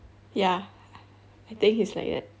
ya I think he's like that